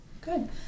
good